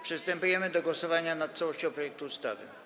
Przystępujemy do głosowania nad całością projektu ustawy.